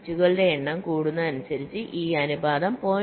ബിറ്റുകളുടെ എണ്ണം കൂടുന്നതിനനുസരിച്ച് ഈ അനുപാതം 0